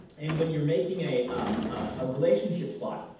and when you're making a um ah relationship plot,